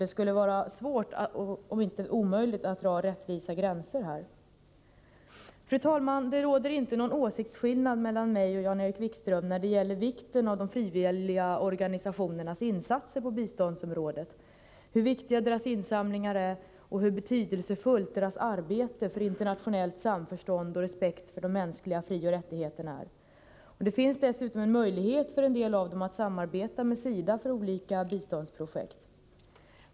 Det skulle vara svårt, för att inte säga omöjligt, att ng a Avdragsrätt för RR granar dd E SRS ARA AE gåvor till inter Pra falmant Petade: 1Ate Kågon ANiKre skilnad mellan mig och JAR IEriV TG Fädonelli biständs Wikström när det gäller vikten av de frivilliga organisationernas insatser på arbete biståndsområdet, hur betydelsefulla deras insamlingar är och hur väsentligt deras arbete för internationellt samförstånd och respekt för de mänskliga frioch rättigheterna är. Det finns dessutom en möjlighet för en del av dem att samarbeta med SIDA för olika biståndsprojekt.